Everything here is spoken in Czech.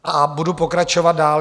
A budu pokračovat dál.